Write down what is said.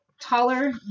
taller